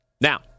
Now